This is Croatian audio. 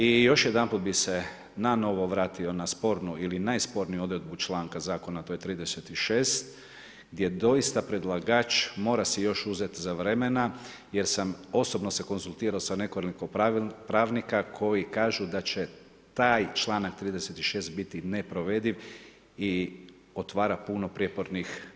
I još jedanput bi se nanovo vratio na spornu ili najsporniju odredbu članka zakona to je 36. gdje doista predlagač mora si još uzeti za vremena, jer sam osobno se konzultirao sa nekoliko pravnika, koji kažu da će taj članak 36. biti neprovediv i otvara puno prijepornih pitanja.